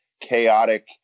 chaotic